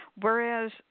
Whereas